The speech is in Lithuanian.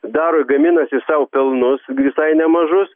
daro gaminasi sau pelnus visai nemažus